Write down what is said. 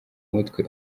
mutwe